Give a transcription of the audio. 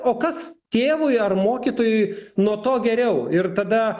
o kas tėvui ar mokytojui nuo to geriau ir tada